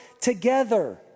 together